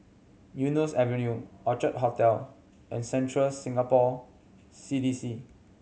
Eunos Avenue Orchid Hotel and Central Singapore C D C